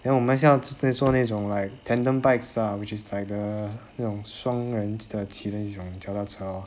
then 我们是要做那种 like tandem bikes ah which is like the 那种双人的骑着一种脚踏车 lor